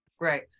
Right